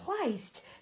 placed